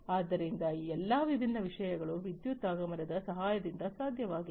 ಆದ್ದರಿಂದ ಈ ಎಲ್ಲಾ ವಿಭಿನ್ನ ವಿಷಯಗಳು ವಿದ್ಯುತ್ ಆಗಮನದ ಸಹಾಯದಿಂದ ಸಾಧ್ಯವಾಗಿದೆ